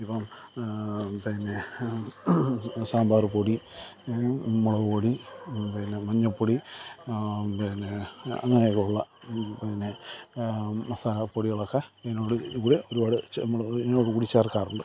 ഇപ്പോള് പിന്നെ സാമ്പാറ് പൊടി മുളകുപൊടി പിന്നെ മഞ്ഞപ്പൊടി പിന്നെ അങ്ങനൊക്കെയുള്ള പിന്നെ മസാലപ്പൊടികളൊക്കെ ഇതിനോട് ഇതില് ഒരുപാട് നമ്മള് ഇതിനോട് കൂടി ചേർക്കാറുണ്ട്